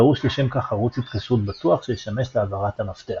דרוש לשם כך ערוץ התקשרות בטוח שישמש להעברת המפתח,